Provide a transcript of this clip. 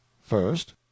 first